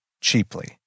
cheaply